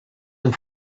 and